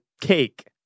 cake